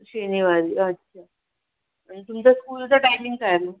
शनिवारी अच्छा आणि तुमच्या स्कूलचा टाईमिंग काय आहे मग